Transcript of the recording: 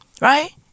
Right